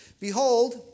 Behold